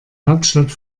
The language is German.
hauptstadt